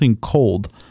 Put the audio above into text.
cold